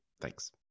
Thanks